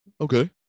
Okay